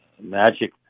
Magic